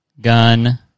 Gun